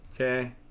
okay